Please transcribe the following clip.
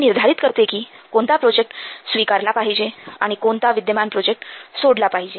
हे निर्धारित करते की कोणता प्रोजेक्ट स्वीकारला पाहिजे आणि कोणता विद्यमान प्रोजेक्ट सोडला पाहिजे